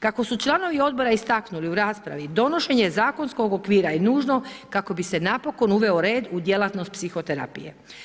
Kako su članovi Odbora istaknuli u raspravi, donošenje zakonskog okvira je nužno kako bi se napokon uveo red u djelatnost psihoterapije.